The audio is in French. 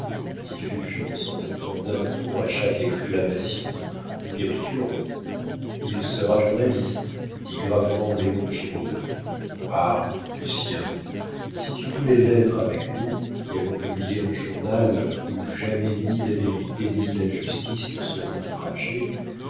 fulgence en montant d'un ton à chaque exclamation nous capitulons il sera journaliste dit gravement léon giraud ah lucien si tu voulais l'être avec nous qui allons publier un journal où jamais ni la vérité ni la justice ne seront outragées